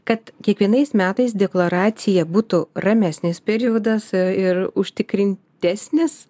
kad kiekvienais metais deklaracija būtų ramesnis periodas ir užtikrintesnis